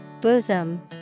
Bosom